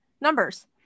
numbers